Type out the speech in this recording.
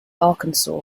arkansas